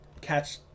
catch